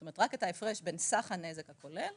זאת אומרת, רק את ההפרש בין סך הנזק הכולל